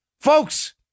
Folks